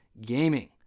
gaming